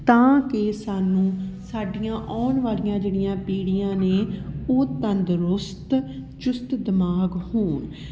ਤਾਂ ਕਿ ਸਾਨੂੰ ਸਾਡੀਆਂ ਆਉਣ ਵਾਲੀਆਂ ਜਿਹੜੀਆਂ ਪੀੜੀਆਂ ਨੇ ਉਹ ਤੰਦਰੁਸਤ ਚੁਸਤ ਦਿਮਾਗ ਹੋਣ